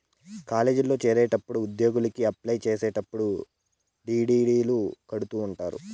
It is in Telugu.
కాలేజీల్లో చేరేటప్పుడు ఉద్యోగలకి అప్లై చేసేటప్పుడు డీ.డీ.లు కడుతుంటారు